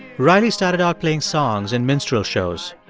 riley started out playing songs in minstrel shows.